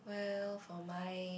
well for my